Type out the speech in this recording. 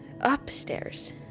upstairs